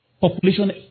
Population